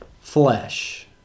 flesh